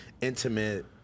intimate